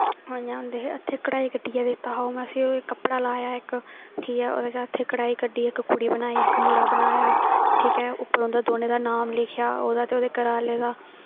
इ'यां होंदा हा हत्थें कढाई कड्डियै दित्ता हा में उसी कपड़ा लाया इक ठीक ऐ ओह्दे च हत्थें कढाई कड्डियै इक कुड़ी बनाई इक मुड़ा बनाया ठीक ऐ उप्पर उं'दा दौनें दा नाम लिखेआ ओह्दा ते ओह्दे घरै आह्ले दा